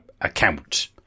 account